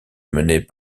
menés